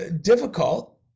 difficult